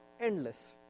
endless